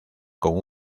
con